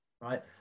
right